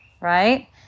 Right